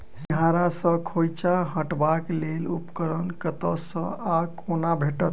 सिंघाड़ा सऽ खोइंचा हटेबाक लेल उपकरण कतह सऽ आ कोना भेटत?